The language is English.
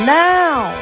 now